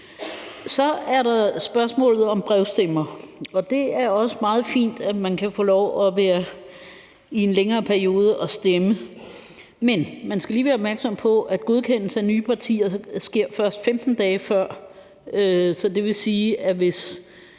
Så er der spørgsmålet om brevstemmer. Det er også fint, at man kan være væk i en længere periode og stemme. Men man skal lige være opmærksom på, at godkendelsen af nye partier først sker 15 dage før, og det vil sige, at hvis